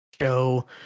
show